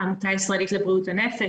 עמותה ישראלית לבריאות הנפש.